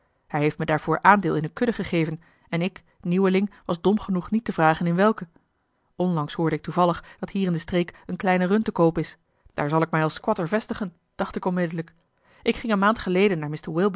hij heeft me daarvoor aandeel in eene kudde gegeven en ik nieuweling was dom genoeg niet te vragen in welke onlangs hoorde ik toevallig dat hier in de streek eene kleine run te koop is daar zal ik mij als squatter vestigen dacht ik onmiddellijk ik ging eene maand geleden naar